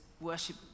worship